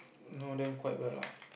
know them quite well lah